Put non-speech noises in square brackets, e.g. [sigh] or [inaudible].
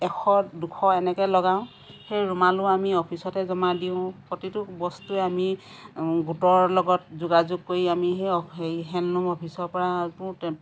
এশ দুশ এনেকে লগাওঁ সেই ৰুমালো আমি অফিচতে জমা দিওঁ প্ৰতিটো বস্তুৱে আমি গোটৰ লগত যোগাযোগ কৰি আমি সেই হেৰি হেণ্ডলুম অফিচৰ পৰা [unintelligible]